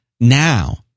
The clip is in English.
now